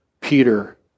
Peter